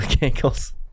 ankles